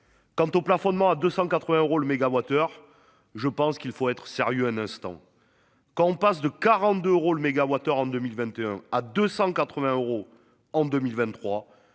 Quant au plafonnement à 280 euros le mégawattheure. Je pense qu'il faut être sérieux un instant, quand on passe de 42 euros le mégawattheure en 2021 à 280 euros en 2023.